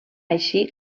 així